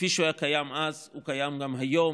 כפי שהוא היה קיים אז, הוא קיים גם היום.